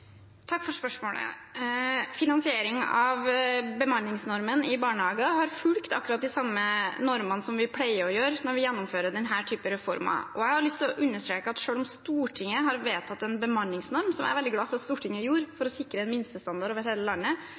Takk for spørsmålet. Finansieringen av bemanningsnormen i barnehagene har fulgt akkurat de samme normene som vi pleier å følge når vi gjennomfører denne typen reformer. Jeg har lyst til å understreke at selv om Stortinget har vedtatt en bemanningsnorm – som jeg er veldig glad for at Stortinget gjorde – for å sikre en minstestandard over hele landet,